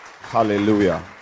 Hallelujah